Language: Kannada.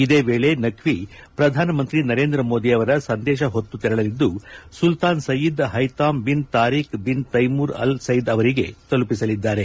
ಇದೇ ವೇಳೆ ನಖ್ಯ ಶ್ರಧಾನಿ ನರೇಂದ್ರ ಮೋದಿ ಅವರ ಸಂದೇಶ ಹೊತ್ತು ತೆರಳದ್ದು Sultan Sayyid Haitham bin Tarik bin Taimur Al Said ಅವರಿಗೆ ತಲುಪಿಸಲಿದ್ದಾರೆ